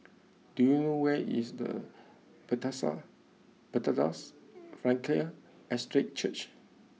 do you know where is the Bethesda Frankel Estate Church